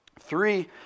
Three